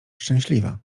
szczęśliwa